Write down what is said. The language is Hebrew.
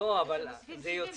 אז אם אתם מוסיפים 70,